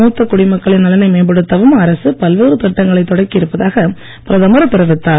மூத்த குடிமக்களின் நலனை மேம்படுத்தவும் அரசு பல்வேறு திட்டங்களைத் தொடக்கி இருப்பதாக பிரதமர் தெரிவித்தார்